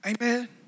Amen